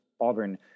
Auburn